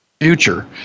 future